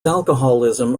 alcoholism